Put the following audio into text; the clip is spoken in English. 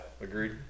agreed